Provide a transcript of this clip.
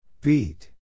Beat